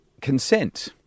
consent